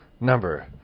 number